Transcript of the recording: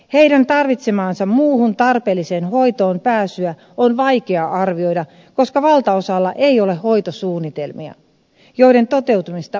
heidän tarvitsemaansa muuhun tarpeelliseen hoitoonpääsyä on vaikea arvioida koska valtaosalla ei ole hoitosuunnitelmia joiden toteutumista voitaisiin seurata